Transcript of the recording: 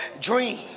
Dream